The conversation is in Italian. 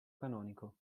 canonico